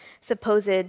supposed